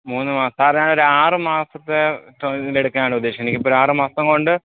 മൂന്ന് മാസം സാറേ ഞാൻ ഒരു ആറ് മാസത്തേക്ക് ഇതെടുക്കാനാണ് ഉദ്ദേശിക്കുന്നത് എനിക്ക് ഇപ്പം ഒരു ആറ് മാസം കൊണ്ട്